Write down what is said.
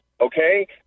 okay